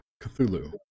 Cthulhu